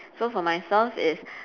so for myself is